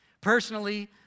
Personally